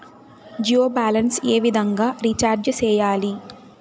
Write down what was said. Jio balance ఏ విధంగా recharge సేయాలి?